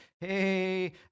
hey